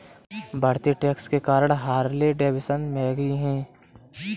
बढ़ते टैक्स के कारण हार्ले डेविडसन महंगी हैं